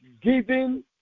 giving